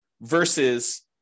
versus